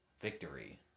victory